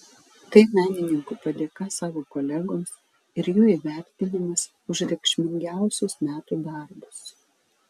tai menininkų padėka savo kolegoms ir jų įvertinimas už reikšmingiausius metų darbus